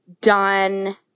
done